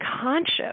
conscious